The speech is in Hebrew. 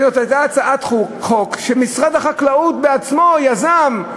אלא זאת הייתה הצעת חוק שמשרד החקלאות בעצמו יזם,